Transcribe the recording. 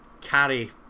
carry